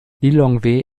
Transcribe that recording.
lilongwe